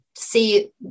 see